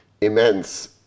immense